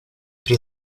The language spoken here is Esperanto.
pri